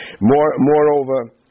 moreover